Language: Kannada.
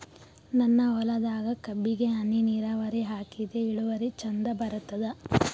ನನ್ನ ಹೊಲದಾಗ ಕಬ್ಬಿಗಿ ಹನಿ ನಿರಾವರಿಹಾಕಿದೆ ಇಳುವರಿ ಚಂದ ಬರತ್ತಾದ?